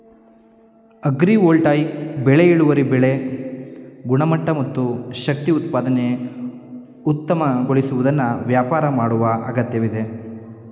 agrivoltaic ಬೆಳೆ ಇಳುವರಿ ಬೆಳೆ ಗುಣಮಟ್ಟ ಮತ್ತು ಶಕ್ತಿ ಉತ್ಪಾದನೆ ಉತ್ತಮಗೊಳಿಸುವುದನ್ನು ವ್ಯಾಪಾರ ಮಾಡುವ ಅಗತ್ಯವಿದೆ